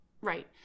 right